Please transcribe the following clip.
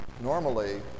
Normally